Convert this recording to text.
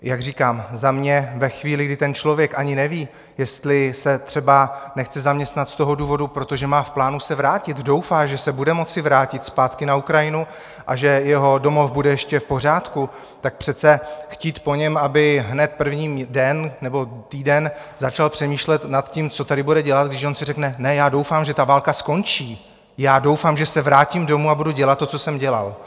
Jak říkám, za mě ve chvíli, kdy ten člověk ani neví, jestli se třeba nechce zaměstnat z toho důvodu, protože má v plánu se vrátit, doufá, že se bude moci vrátit zpátky na Ukrajinu a že jeho domov bude ještě v pořádku, tak přece chtít po něm, aby hned první den nebo první týden začal přemýšlet nad tím, co tady bude dělat, když on si řekne: Ne, já doufám, že válka skončí, já doufám, že se vrátím domů a budu dělat to, co jsem dělal.